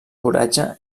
coratge